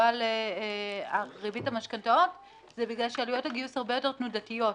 על ריבית המשכנתאות זה בגלל שעלויות הגיוס הרבה יותר תנודתיות.